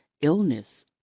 illness